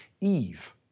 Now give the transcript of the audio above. Eve